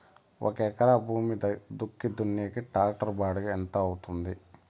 ఒక ఎకరా భూమి దుక్కి దున్నేకి టాక్టర్ బాడుగ ఎంత అవుతుంది?